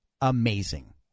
amazing